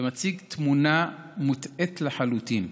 ומציג תמונה מוטעית לחלוטין.